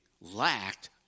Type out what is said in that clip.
lacked